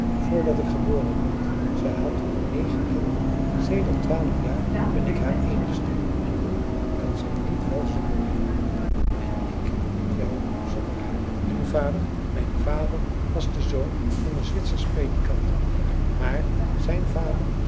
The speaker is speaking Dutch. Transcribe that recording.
voordat ik geboren werd zij had toen negen kinderen sedert twaalf jaar ben ik haar eenigste en nu kan zij niet wel zonder mij en ik niet wel zonder haar en uw vader mijn vader was de zoon van een zwitsersch predikant mijnheer maar zijn vader